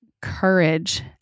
courage